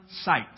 sight